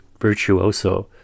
virtuoso